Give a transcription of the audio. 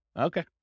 Okay